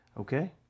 okay